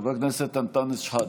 חבר הכנסת אנטאנס שחאדה,